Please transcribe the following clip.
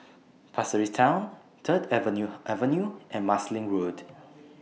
Pasir Ris Town Third Avenue Avenue and Marsiling Road